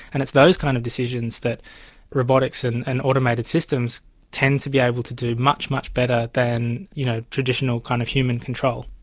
and it's those kinds of decisions that robotics and and automated systems tend to be able to do much, much better than you know traditional kind of human control.